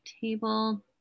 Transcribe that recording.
table